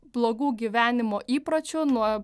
blogų gyvenimo įpročių nuo